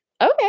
okay